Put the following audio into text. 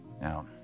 Now